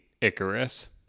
Icarus